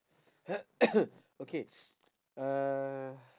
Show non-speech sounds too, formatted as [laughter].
[coughs] okay uh